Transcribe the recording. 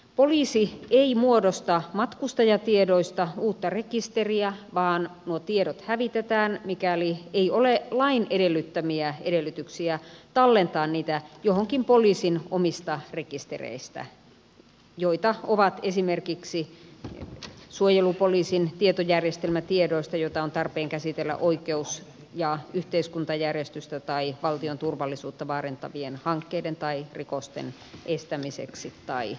poliisi ei muodosta matkustajatiedoista uutta rekisteriä vaan nuo tiedot hävitetään mikäli ei ole lain edellyttämiä edellytyksiä tallentaa niitä johonkin poliisin omista rekistereistä joita ovat esimerkiksi suojelupoliisin tietojärjestelmä tiedoista joita on tarpeen käsitellä oikeus ja yhteiskuntajärjestystä tai valtion turvallisuutta vaarantavien hankkeiden tai rikosten estämiseksi tai selvittämiseksi